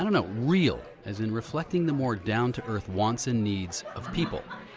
i dunno, real, as in reflecting the more down-to-earth wants and needs of people.